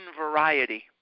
variety